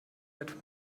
etwa